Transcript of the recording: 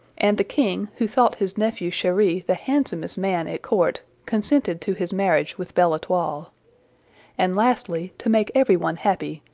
and the king, who thought his nephew cheri the handsomest man at court, consented to his marriage with belle-etoile. and lastly, to make everyone happy,